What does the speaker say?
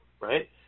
right